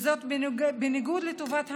וזאת בניגוד לטובת המדינה,